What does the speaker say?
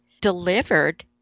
delivered